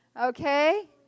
okay